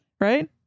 right